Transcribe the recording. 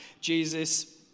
Jesus